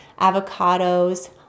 avocados